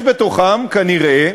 יש בתוכם כנראה,